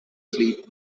sleep